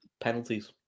penalties